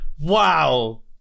wow